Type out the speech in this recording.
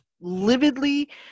lividly